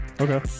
okay